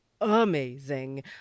amazing